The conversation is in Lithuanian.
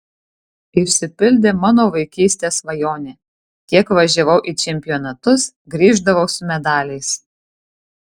išsipildė mano vaikystės svajonė kiek važiavau į čempionatus grįždavau su medaliais